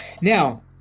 Now